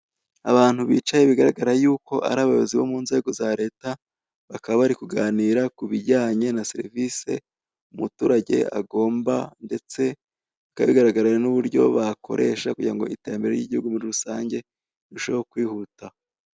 Abantu bicaye bigaragara y'uko ari abayobozi bo mu nzego za Leta bakaba nari kuganira kubijyanye na Serivise umuturage agomba ndetse bikaba bijyana n'uburyo bakoresha kugirango iterambere ribashe kwihuta.